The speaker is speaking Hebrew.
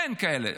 אין כאלה.